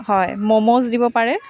হয় মমোজ দিব পাৰে